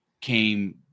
came